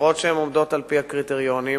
לראות שהן עובדות על-פי הקריטריונים.